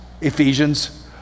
Ephesians